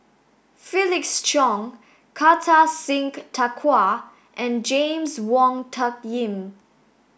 Felix Cheong Kartar Singh Thakral and James Wong Tuck Yim